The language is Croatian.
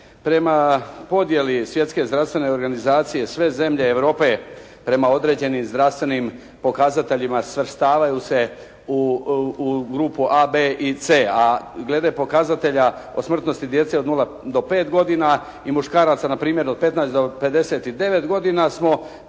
prema podjeli Svjetske zdravstvene organizacije sve zemlje Europe prema određenim zdravstvenim pokazateljima svrstavaju se u grupu A, B, i C, a glede pokazatelja o smrtnosti djece od nula do 5 godina i muškaraca npr. od 15. do 59. godina smo